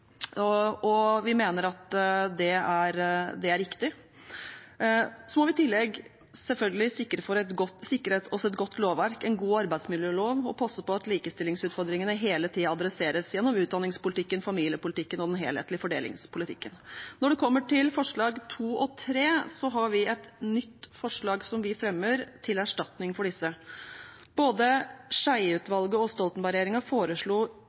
og vi mener at det er riktig. Så må vi i tillegg selvfølgelig sikre oss et godt lovverk, en god arbeidsmiljølov og passe på at likestillingsutfordringene hele tiden adresseres gjennom utdanningspolitikken, familiepolitikken og den helhetlige fordelingspolitikken. Når det kommer til forslagene nr. 2 og 3 i dokumentet, har vi et nytt forslag som vi fremmer til erstatning for disse. Både Skjeie-utvalget og Stoltenberg-regjeringen foreslo